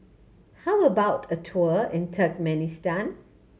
how about a tour in Turkmenistan